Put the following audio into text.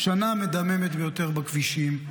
השנה המדממת ביותר בכבישים.